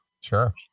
Sure